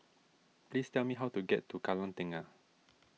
please tell me how to get to Kallang Tengah